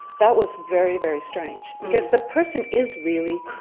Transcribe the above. that was very, very strange. because the person is, really,